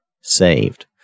saved